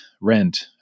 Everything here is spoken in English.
rent